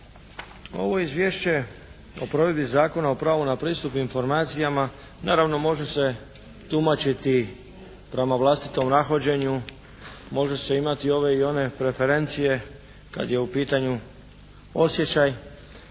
Ovo izvješće o provedbi Zakona o pravu na pristup informacijama naravno može se tumačiti prema vlastitom nahođenju, može se imati ove i one preferencije kad je u pitanju osjećaj